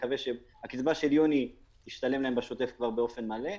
הקצבה של יוני תשתלם להם באופן מלא.